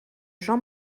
jean